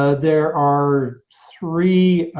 ah there are three